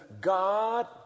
God